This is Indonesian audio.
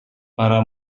para